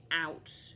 out